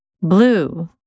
Blue